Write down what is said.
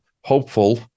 hopeful